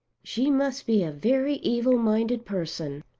she must be a very evil-minded person.